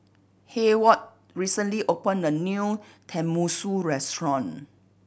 Hayward recently opened a new Tenmusu Restaurant